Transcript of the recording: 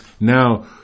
Now